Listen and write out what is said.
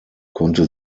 konnte